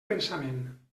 pensament